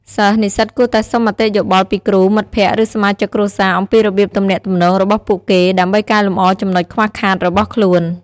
សិស្សនិស្សិតគួរតែសុំមតិយោបល់ពីគ្រូ មិត្តភក្តិ ឬសមាជិកគ្រួសារអំពីរបៀបទំនាក់ទំនងរបស់ពួកគេ ដើម្បីកែលម្អចំណុចខ្វះខាតរបស់ខ្លួន។